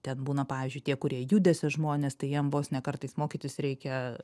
ten būna pavyzdžiui tie kurie judesio žmonės tai jiem vos ne kartais mokytis reikia